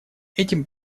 этим